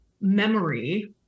memory